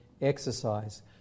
exercise